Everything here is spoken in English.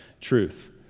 truth